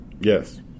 Yes